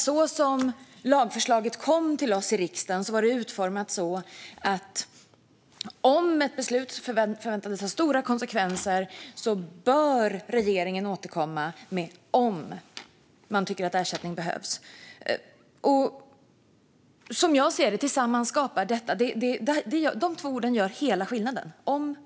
När lagförslaget kom till oss i riksdagen var det utformat så att regeringen bör återkomma om ett beslut förväntas ha stora konsekvenser - alltså om man tycker att ersättning behövs. Som jag ser det gör de två orden, "om" och "bör", hela skillnaden.